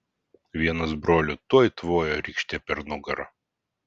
vienas brolių tuoj tvojo rykšte per nugarą